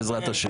בעזרת ה'.